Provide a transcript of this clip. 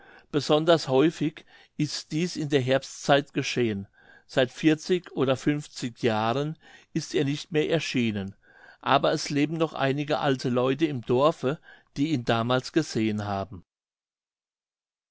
besonders häufig ist dies in der herbstzeit geschehen seit vierzig oder funfzig jahren ist er nicht mehr erschienen aber es leben noch einige alte leute im dorfe die ihn damals gesehen haben